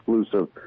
exclusive